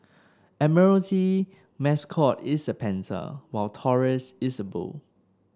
Admiralty mascot is a panther while Taurus is a bull